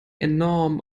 enorm